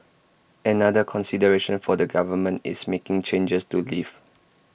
another consideration for the government is making changes to leave